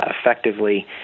effectively